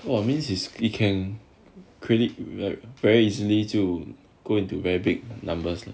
!wah! it means is you can clearly very easily 就 go into very big numbers lah